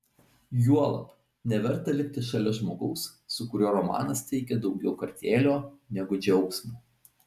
juolab neverta likti šalia žmogaus su kuriuo romanas teikia daugiau kartėlio negu džiaugsmo